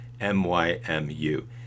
MYMU